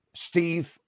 Steve